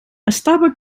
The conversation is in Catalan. estava